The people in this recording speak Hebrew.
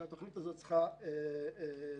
שהיא צריכה לתת.